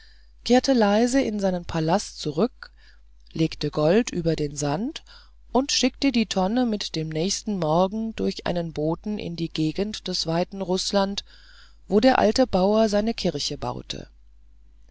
kehrte leise in seinen palast zurück legte gold über den sand und schickte die tonne mit dem nächsten morgen durch einen boten in die gegend des weiten rußland wo der alte bauer seine kirche baute